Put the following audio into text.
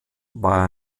war